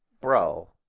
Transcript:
Bro